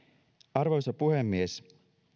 arvoisa puhemies